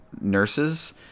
nurses